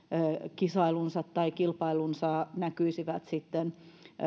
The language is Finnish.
kisailunsa tai kilpailunsa näkyisivät